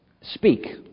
speak